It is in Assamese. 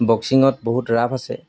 বক্সিঙত বহুত ৰাপ আছে